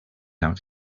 out